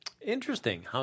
Interesting